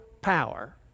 power